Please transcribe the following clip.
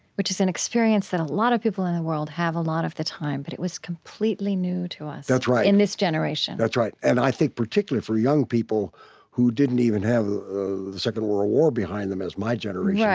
which is an experience that a lot of people in the world have a lot of the time, but it was completely new to us in this generation that's right. and, i think, particularly for young people who didn't even have the second world war behind them, as my generation yeah